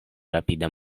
rapida